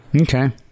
okay